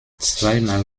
zweimal